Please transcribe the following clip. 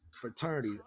Fraternity